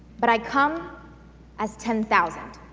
but i come as ten thousand.